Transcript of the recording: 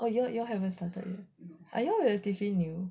orh you all haven't started are you all relatively new